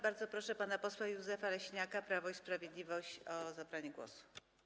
Bardzo proszę pana posła Józefa Leśniaka, Prawo i Sprawiedliwość, o zabranie głosu.